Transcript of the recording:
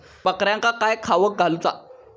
बकऱ्यांका काय खावक घालूचा?